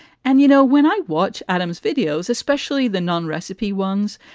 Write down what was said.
and, you know, when i watch adam's videos, especially the non recipe ones,